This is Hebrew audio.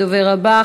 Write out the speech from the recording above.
הדובר הבא,